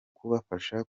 kubafasha